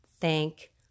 thank